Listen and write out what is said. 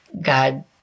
God